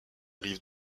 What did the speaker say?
rive